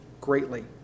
greatly